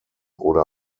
oder